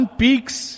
peaks